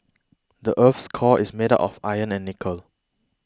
the earth's core is made of iron and nickel